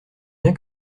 bien